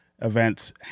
events